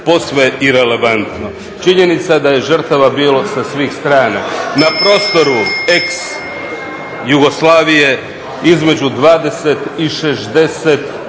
posve irelevantno. Činjenica da je žrtava bilo sa svih strana na prostoru ex Jugoslavije između 20 i 60 000